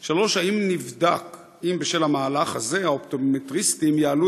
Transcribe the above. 3. האם נבדק אם בשל המהלך הזה האופטומטריסטים יעלו